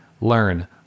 learn